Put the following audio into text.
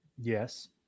Yes